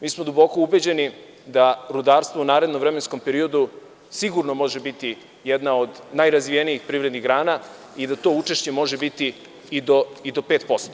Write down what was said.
Mi smo duboko ubeđeni da rudarstvo u narednom vremenskom periodu sigurno može biti jedna od najrazvijenijih privrednih grana i da to učešće može biti i do 5%